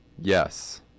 Yes